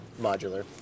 Modular